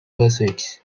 pursuits